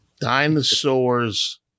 Dinosaurs